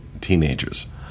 teenagers